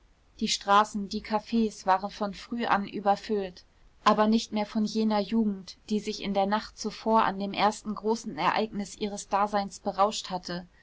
die straßen die cafs waren von früh an überfüllt aber nicht mehr von jener jugend die sich in der nacht zuvor an dem ersten großen ereignis ihres daseins berauscht hatte